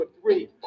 three